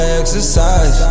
exercise